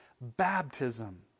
baptism